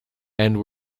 and